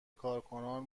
کارکنان